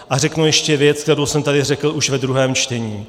A řeknu ještě věc, kterou jsem tady řekl ve druhém čtení.